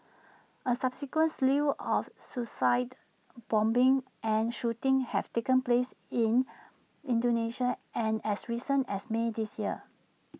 A subsequent slew of suicide bombings and shootings have taken place in Indonesia and as recently as may this year